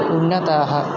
उन्नताः